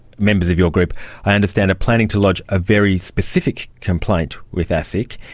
members of your group i understand are planning to lodge a very specific complaint with asic,